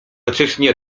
nocześnie